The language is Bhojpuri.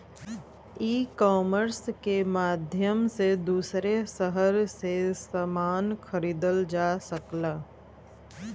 ईकामर्स के माध्यम से दूसरे शहर से समान खरीदल जा सकला